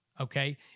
Okay